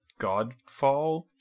Godfall